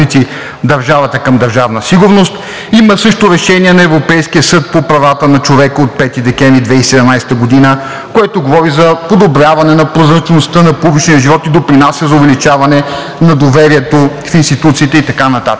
държавата към Държавна сигурност. Има също Решение на Европейския съд по правата на човека от 5 декември 2017 г., което говори за подобряване на прозрачността на публичния живот и допринася за увеличаване на доверието в институциите и така нататък.